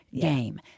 game